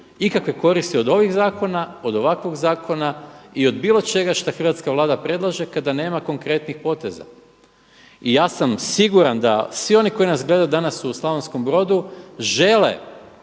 ikakve koristi od ovih zakona, od ovakvog zakona i od bilo čega šta hrvatska Vlada predlaže kada nema konkretnih poteza. I ja sam siguran da svi oni koji nas gledaju danas u Slavonskom Brodu žele